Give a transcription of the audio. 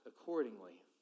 accordingly